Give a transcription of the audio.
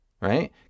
right